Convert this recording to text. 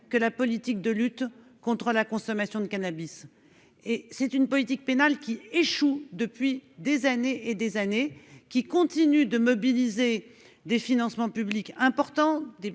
que la politique de lutte contre la consommation de cannabis. Cette politique pénale échoue depuis des années ; elle continue de mobiliser des financements publics importants,